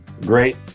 Great